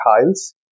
tiles